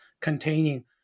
containing